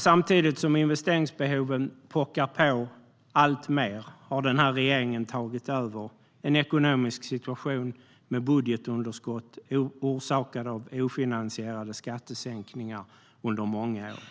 Samtidigt som investeringsbehoven pockar på alltmer har denna regering tagit över en ekonomisk situation med budgetunderskott orsakade av ofinansierade skattesänkningar under många år.